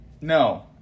no